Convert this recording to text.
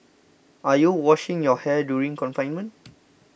are you washing your hair during confinement